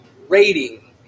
rating